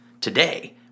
today